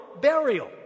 burial